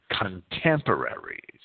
contemporaries